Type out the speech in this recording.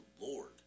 Lord